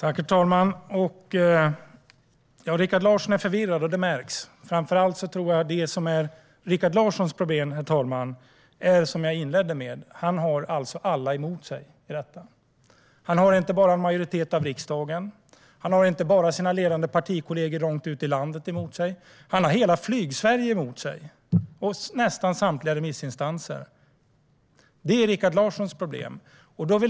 Herr talman! Rikard Larsson är förvirrad, och det märks. Rikard Larssons problem är att han har alla emot sig. Han har inte bara en majoritet av riksdagen emot sig, inte bara sina ledande partikollegor långt ut i landet emot sig, utan han har hela Flygsverige emot sig och nästan samtliga remissinstanser. Det är Rikard Larssons problem.